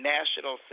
National